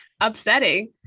upsetting